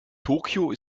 tokio